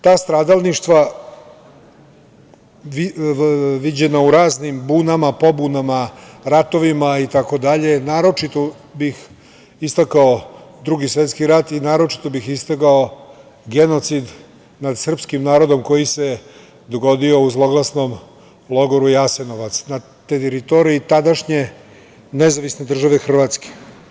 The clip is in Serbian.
Ta stradalništva viđena u raznim bunama, pobunama, ratovim, itd, naročito bih istakao Drugi svetski rat i naročito bih istakao genocid nad srpskim narodom koji se dogodio u zloglasnom logoru Jasenovac na teritoriji današnje NDH.